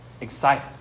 excited